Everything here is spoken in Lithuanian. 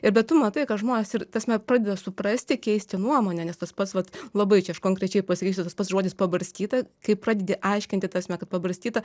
ir bet tu matai kad žmonės ir ta prasme pradeda suprasti keisti nuomonę nes tas pats vat labai čia aš konkrečiai pasakysiu tas pats žodis pabarstyta kai pradedi aiškinti ta prasme kad pabarstyta